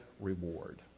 reward